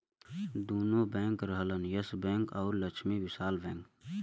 दुन्नो बैंक रहलन Yes Bank अउर लक्ष्मी विलास बैंक